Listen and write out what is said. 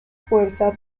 fuerza